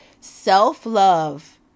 self-love